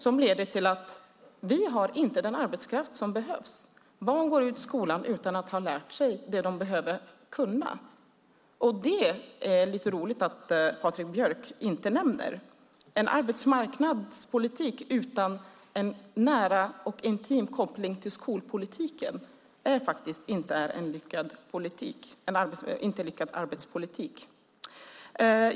Den leder till att vi inte har den arbetskraft som behövs. Barn går ut skolan utan att ha lärt sig det de behöver kunna. Det är lite roligt att Patrik Björck inte nämner detta. En arbetsmarknadspolitik utan en nära och intim koppling till skolpolitiken är inte en lyckad arbetsmarknadspolitik.